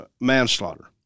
manslaughter